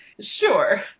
sure